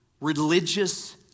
religious